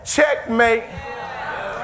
Checkmate